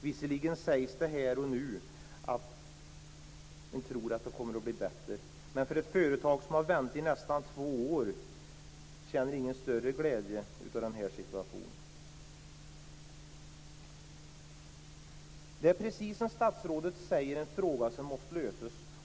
Visserligen sägs det här och nu att man tror att det kommer att bli bättre, men ett företag som har väntat i nästan två år känner ingen större glädje inför det beskedet.